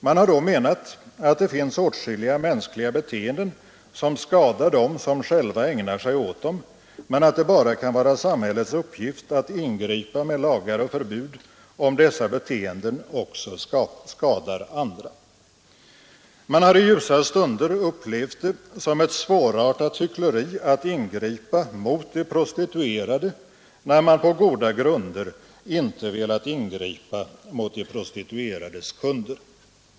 Man har då menat att det finns åtskilliga mänskliga beteenden som skadar dem som själva ägnar sig åt dem men att det bara kan vara samhällets uppgift att ingripa med lagar och förbud, om dessa beteenden också skadar andra. Man har i ljusa stunder upplevt det som ett svårartat hyckleri att ingripa mot de prostituerade när man på goda grunder inte velat ingripa mot de prostituerades kunder.